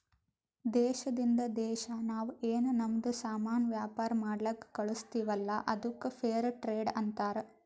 ದೇಶದಿಂದ್ ದೇಶಾ ನಾವ್ ಏನ್ ನಮ್ದು ಸಾಮಾನ್ ವ್ಯಾಪಾರ ಮಾಡ್ಲಕ್ ಕಳುಸ್ತಿವಲ್ಲ ಅದ್ದುಕ್ ಫೇರ್ ಟ್ರೇಡ್ ಅಂತಾರ